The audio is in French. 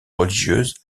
religieuse